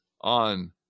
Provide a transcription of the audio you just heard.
on